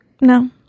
No